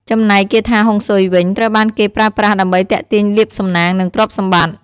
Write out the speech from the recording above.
ចំណែកគាថាហុងស៊ុយវិញ ត្រូវបានគេប្រើប្រាស់ដើម្បីទាក់ទាញលាភសំណាង និងទ្រព្យសម្បត្តិ។